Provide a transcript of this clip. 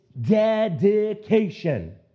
dedication